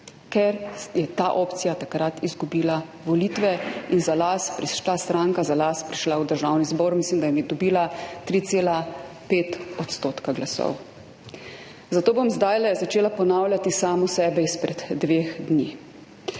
ker je ta opcija takrat izgubila volitve in ta stranka za las prišla v Državni zbor, mislim, da je dobila 3,5 % glasov. Zato bom zdajle začela ponavljati samo sebe izpred dveh dni.